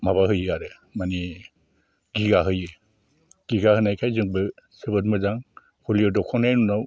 माबा होयो आरो माने गिगा होयो गिगा होनायखाय जोंबो जोबोद मोजां दौखांनायनि उनाव